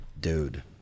Dude